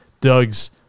Doug's